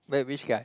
wait which guy